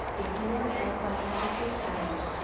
if you are held by office hours,